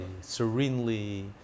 serenely